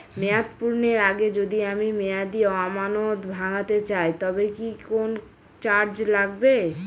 মেয়াদ পূর্ণের আগে যদি আমি মেয়াদি আমানত ভাঙাতে চাই তবে কি কোন চার্জ লাগবে?